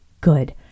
good